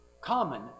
common